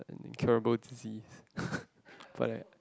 incurable disease but that